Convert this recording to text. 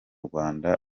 rwanda